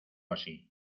así